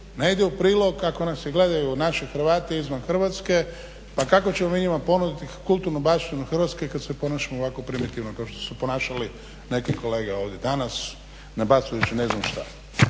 ne ide u prilog ako nam se gledaju naši Hrvati izvan Hrvatske. Pa kako ćemo mi njima ponuditi kulturnu baštinu Hrvatske kad se ponašamo ovako primitivno kao što su se ponašali neki kolege ovdje danas nabacujući ne znam šta.